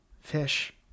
fish